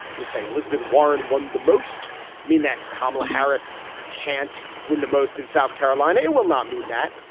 let's say elizabeth warren won the most mean that kamala harris can't win the most in south carolina. it will not mean that.